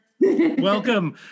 Welcome